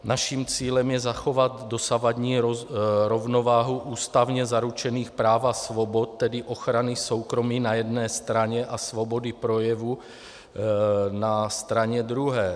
Naším cílem je zachovat dosavadní rovnováhu ústavně zaručených práv a svobod, tedy ochrany soukromí na jedné straně a svobody projevu na straně druhé.